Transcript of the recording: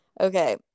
okay